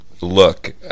look